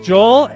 Joel